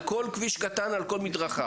על כל כביש קטן, על כל מדרכה.